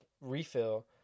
refill